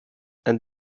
and